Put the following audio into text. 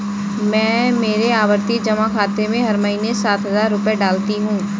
मैं मेरे आवर्ती जमा खाते में हर महीने सात हजार रुपए डालती हूँ